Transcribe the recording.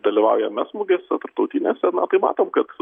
dalyvaujam mes mugėse tarptautinėse na tai matom kad